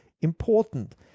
important